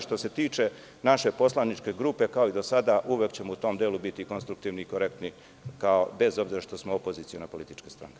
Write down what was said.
Što se tiče naše poslaničke grupe, kao i do sada, uvek ćemo u tom delu biti konstruktivni i korektni, bez obzira što smo opoziciona politička stranka.